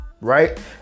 Right